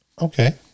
okay